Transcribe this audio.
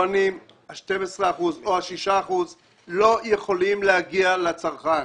ה-12 אחוזים או ה-6 אחוזים לא יכולים להגיע לצרכן.